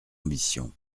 ambition